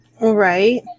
Right